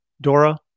DORA